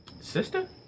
Sister